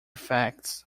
facts